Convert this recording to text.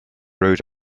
rode